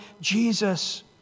Jesus